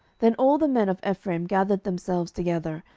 then all the men of ephraim gathered themselves together,